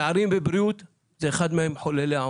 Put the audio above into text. פערים בבריאות זה אחד ממחוללי העוני.